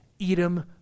Edom